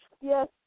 Yes